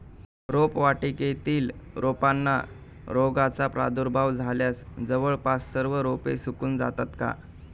रोपवाटिकेतील रोपांना रोगाचा प्रादुर्भाव झाल्यास जवळपास सर्व रोपे सुकून जातात का?